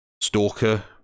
Stalker